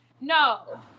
No